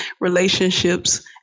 relationships